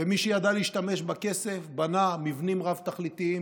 ומי שידע להשתמש בכסף בנה מבנים רב-תכליתיים,